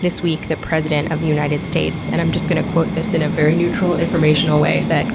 this week the president of the united states and i'm just going to quote this in a very neutral informational way said,